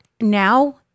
now